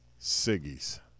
Siggy's